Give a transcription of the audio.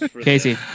Casey